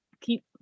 keep